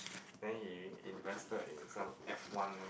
then he invested in some F-one